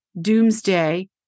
doomsday